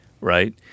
right